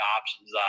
options